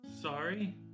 sorry